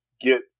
get